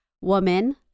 woman